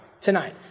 tonight